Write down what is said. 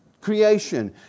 creation